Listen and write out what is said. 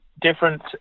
different